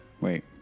Wait